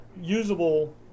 usable